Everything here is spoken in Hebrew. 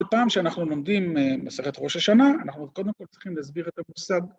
בפעם שאנחנו לומדים מסרט ראש השנה, אנחנו קודם כל צריכים להסביר את המוסד.